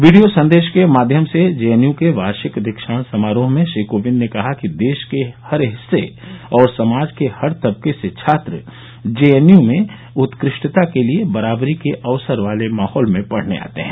video संदेश के माध्यम से जे एन यू के वार्षिक दीक्षांत समारोह में श्री कोविंद ने कहा कि देश के हर हिस्से और समाज के हर तबके से छात्र जे एन यू में उत्कृष्टता के लिए बराबरी के अवसर वाले माहौल में पढ़ने आते हैं